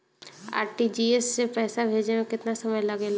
RTGS से पैसा भेजे में केतना समय लगे ला?